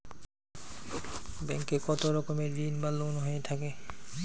Bank এ কত রকমের ঋণ বা লোন হয়ে থাকে?